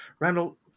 Randall